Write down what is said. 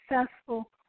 successful